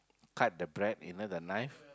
cut the bread you know the knife